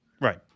Right